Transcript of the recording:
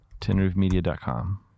TinRoofMedia.com